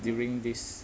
during this